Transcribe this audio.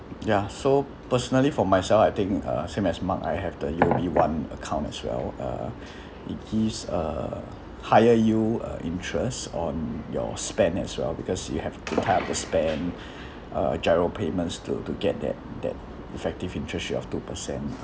ya so personally for myself I think uh same as mark I have the U_O_B one account as well uh it gives a higher yield uh interest on your spend as well because you have to tie up the spend giro payments to to get that that effective interest of two percent